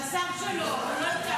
למה הוא לא פה?